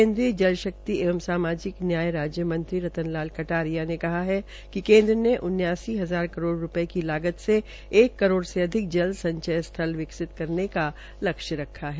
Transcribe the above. केन्द्रीयजलशक्ति एवं सामाजिक न्याय राज्य मंत्री रतन लाल कटारिया ने कहा है कि केन्द्र ने उन्चासी हजार करोड़ रूपये की लागत से एक करोड़ से अधिक जल संचय स्थल विकसित करने का लक्ष्य रखा है